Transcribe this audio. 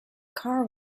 car